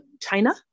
China